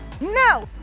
no